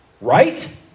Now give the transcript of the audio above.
Right